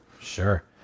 Sure